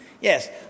Yes